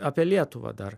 apie lietuvą dar